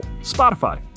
Spotify